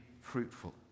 fruitful